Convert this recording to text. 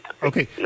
Okay